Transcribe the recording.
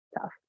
tough